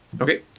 Okay